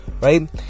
right